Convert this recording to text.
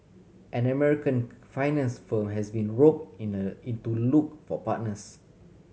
an American finance firm has been rope in a in to look for partners